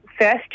first